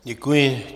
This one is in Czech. Děkuji.